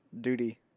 duty